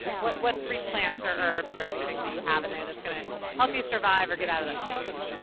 what what three plants, or herbs, or anything that you have in there that's gonna help you survive or get out of that cave?